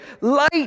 Light